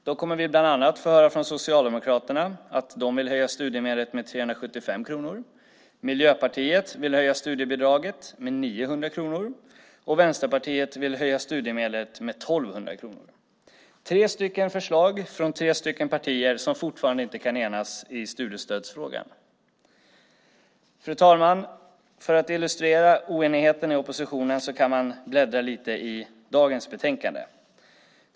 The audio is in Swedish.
Då kommer vi bland annat att få höra från Socialdemokraterna att de vill höja studiebidraget med 375 kronor, att Miljöpartiet vill höja det med 900 kronor och att Vänsterpartiet vill höja det med 1 200 kronor - tre förslag från tre partier som fortfarande inte kan enas i studiestödsfrågan. Fru talman! För att illustrera oenigheten i oppositionen kan man bläddra lite i dagens betänkande.